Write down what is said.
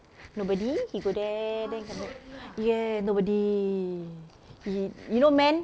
nobody he go there then come back ya nobody ye~ you know man